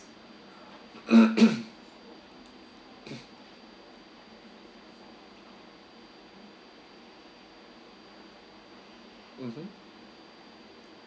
mm hmm